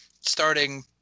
starting